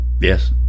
Yes